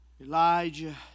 Elijah